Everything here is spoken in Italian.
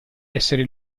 essere